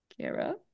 Kara